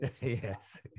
Yes